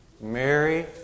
Mary